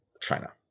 China